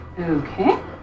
Okay